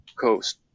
coast